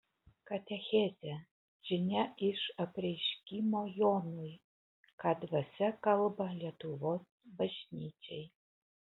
katechezė žinia iš apreiškimo jonui ką dvasia kalba lietuvos bažnyčiai